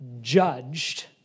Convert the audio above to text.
judged